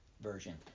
version